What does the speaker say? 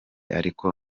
ariko